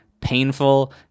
painful